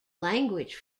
language